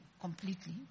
completely